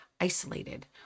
isolated